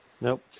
Nope